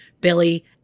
Billy